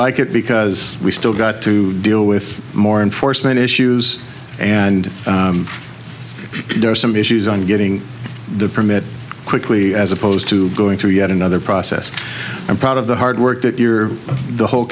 like it because we still got to deal with more enforcement issues and if there are some issues on getting the permit quickly as opposed to going through yet another process i'm proud of the hard work that your whole